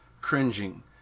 cringing